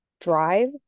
drive